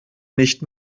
nicht